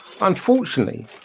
Unfortunately